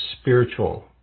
spiritual